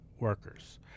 workers